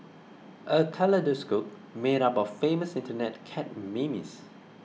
a kaleidoscope made up of famous Internet cat memes